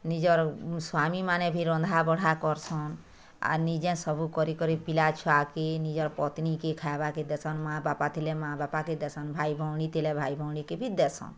ନିଜର ସ୍ୱାମୀମାନେ ଭି ରନ୍ଧାବଢ଼ା କରସନ୍ ଆର୍ ନିଜେ ସବୁ କରିକରି ପିଲାଛୁଆକେ ନିଜର୍ ପତ୍ନୀକେ ଖାଇବାକେ ଦେସନ୍ ମା ବାପା ଥିଲେ ମା ବାପା କେ ଦେସନ୍ ଭାଇଭଉଣୀ ଥିଲେ ଭାଇଭଉଣୀ କେ ବି ଦେସନ୍